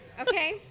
Okay